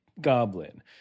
goblin